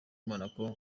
monaco